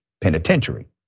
Penitentiary